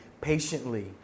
patiently